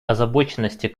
озабоченности